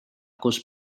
kus